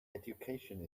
education